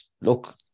look